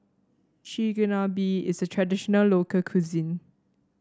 chigenabe is a traditional local cuisine